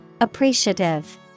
Appreciative